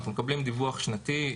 אנחנו מקבלים דיווח שנתי,